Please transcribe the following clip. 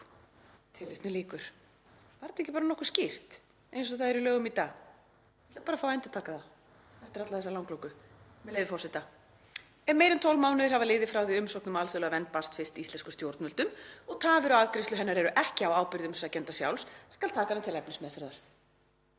málsgrein.“ Er þetta ekki bara nokkuð skýrt eins og það er í lögum í dag? Ég ætla bara að fá að endurtaka það eftir alla þessa langloku, með leyfi forseta: „Ef meira en 12 mánuðir hafa liðið frá því að umsókn um alþjóðlega vernd barst fyrst íslenskum stjórnvöldum og tafir á afgreiðslu hennar eru ekki á ábyrgð umsækjanda sjálfs skal taka hana til efnismeðferðar.“